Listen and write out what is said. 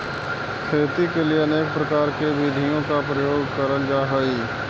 खेती के लिए अनेक प्रकार की विधियों का प्रयोग करल जा हई